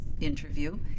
interview